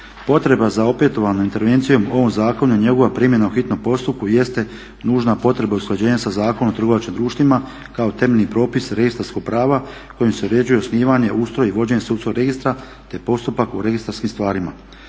Potreba za opetovanom intervencijom u ovom zakonu i njegova primjena u hitnom postupku jeste nužna potreba usklađenja sa Zakonom o trgovačkim društvima kao temeljni propis registarskog prava kojim se uređuje osnivanje, ustroj i vođenje sudskog registra te postupak u registarskim stvarima.